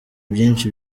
byinshi